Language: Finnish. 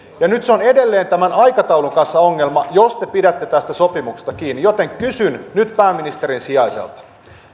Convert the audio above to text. nyt on edelleen tämän aikataulun kanssa ongelma jos te pidätte tästä sopimuksesta kiinni joten kysyn nyt pääministerin sijaiselta